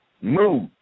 Move